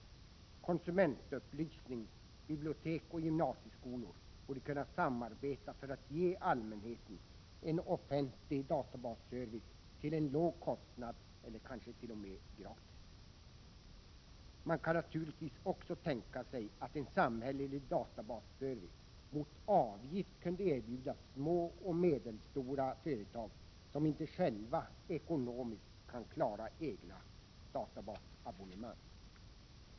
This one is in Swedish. Konsumentupplysning, bibliotek och gymnasieskolor borde kunna samarbeta för att ge allmänheten en offentlig databasservice till låg kostnad eller kanske t.o.m. gratis. Man kan naturligtvis också tänka sig att en samhällelig databasservice mot avgift kunde erbjudas små och medelstora företag som inte själva ekonomiskt kan klara egna databasabonnemang.